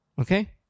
okay